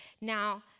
Now